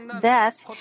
death